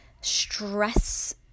stress